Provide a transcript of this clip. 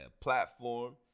platform